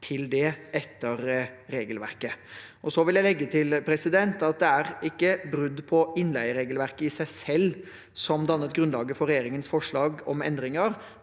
til det etter regelverket. Så vil jeg legge til at det ikke er brudd på innleieregelverket i seg selv som dannet grunnlaget for regjeringens forslag til endringer.